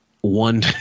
one